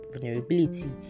vulnerability